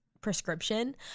prescription